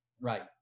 Right